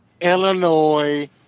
Illinois